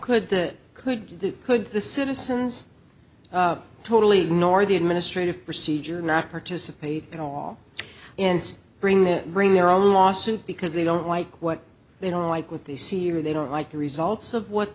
could the could could the citizens totally ignore the administrative procedure and not participate at all and bring their bring their own lawsuit because they don't like what they don't like what they see or they don't like the results of what